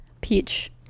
Peach